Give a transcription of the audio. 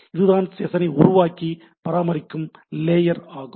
இதுதான் செஷனை உருவாக்கி பராமரிக்கும் லேயர் ஆகும்